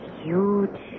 huge